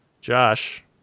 Josh